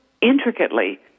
intricately